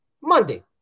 Monday